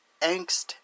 angst